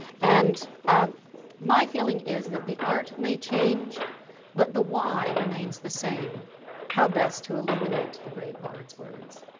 and um my feeling is that the art may change but the why remains the same how best to illuminate the great bards words.